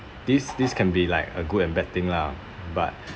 this this can be like a good and bad thing lah but